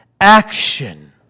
action